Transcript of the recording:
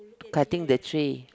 cutting the tree